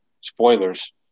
spoilers